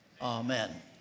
Amen